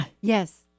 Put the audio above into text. Yes